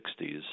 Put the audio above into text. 1960s